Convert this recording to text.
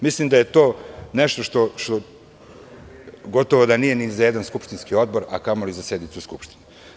Mislim da je to nešto što gotovo da nije ni za jedan skupštinski odbor, a kamoli za sednicu Skupštine.